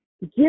give